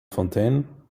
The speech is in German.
fontaine